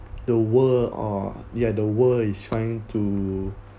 the world or the other world is trying to